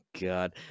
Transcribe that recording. God